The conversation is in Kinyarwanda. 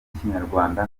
y’ikinyarwanda